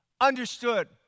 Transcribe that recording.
understood